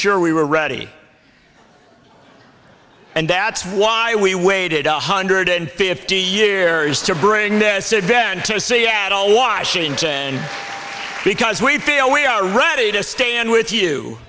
sure we were ready and that's why we waited a hundred and fifty years to bring suit then to seattle washington because we feel we are ready to stand with you